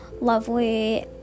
lovely